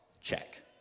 check